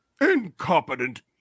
Incompetent